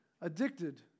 addicted